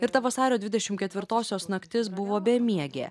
ir ta vasario dvidešim ketvirtosios naktis buvo bemiegė